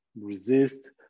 resist